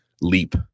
leap